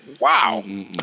Wow